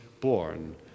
born